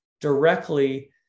directly